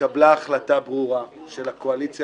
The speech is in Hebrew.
התקבלה החלטה ברורה של הקואליציה